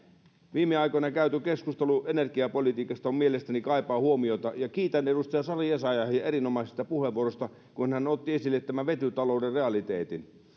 viime aikoina käyty keskustelu energiapolitiikasta mielestäni kaipaa huomiota ja kiitän edustaja sari essayahia erinomaisesta puheenvuorosta jossa hän otti esille tämän vetytalouden realiteetin